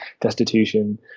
destitution